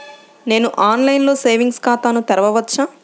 నేను ఆన్లైన్లో సేవింగ్స్ ఖాతాను తెరవవచ్చా?